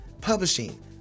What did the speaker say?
publishing